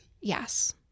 Yes